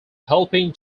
helping